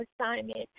assignment